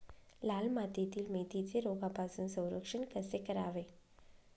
लाल मातीतील मेथीचे रोगापासून संरक्षण कसे करावे?